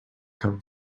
come